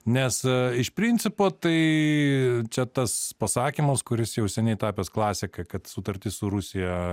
nes iš principo tai čia tas pasakymas kuris jau seniai tapęs klasika kad sutartis su rusija